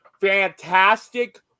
fantastic